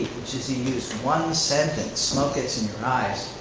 which is he used one sentence, smoke gets in your eyes,